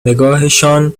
نگاهشان